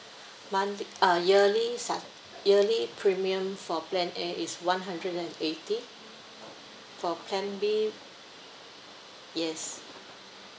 monthl~ uh yearly subs~ yearly premium for plan A is one hundred and eighty for plan B yes